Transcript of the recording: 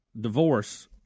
divorce